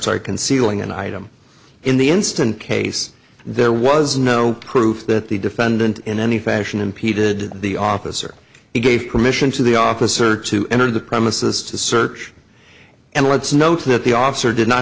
sorry concealing an item in the instant case there was no proof that the defendant in any fashion impeded the officer he gave permission to the officer to enter the premises to search and let's note that the officer did not